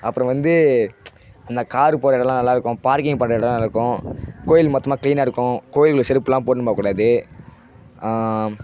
அப்புறம் வந்து அந்த காரு போகிற இடம்லாம் நல்லாயிருக்கும் பார்க்கிங் பண்ணுற இடம்லாம் நல்லாயிருக்கும் கோவில் மொத்தமாக க்ளீனாக இருக்கும் கோவில்ல செருப்புலாம் போட்டுன்னு போக கூடாது